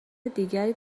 دیگری